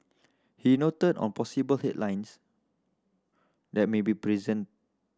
he noted on possible head lines that may be present